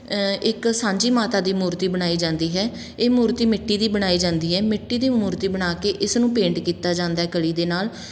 ਇੱਕ ਸਾਂਝੀ ਮਾਤਾ ਦੀ ਮੂਰਤੀ ਬਣਾਈ ਜਾਂਦੀ ਹੈ ਇਹ ਮੂਰਤੀ ਮਿੱਟੀ ਦੀ ਬਣਾਈ ਜਾਂਦੀ ਹੈ ਮਿੱਟੀ ਦੀ ਮੂਰਤੀ ਬਣਾ ਕੇ ਇਸ ਨੂੰ ਪੇਂਟ ਕੀਤਾ ਜਾਂਦਾ ਕਲੀ ਦੇ ਨਾਲ